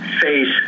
face